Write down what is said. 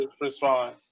respond